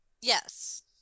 Yes